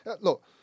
look